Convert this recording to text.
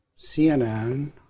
CNN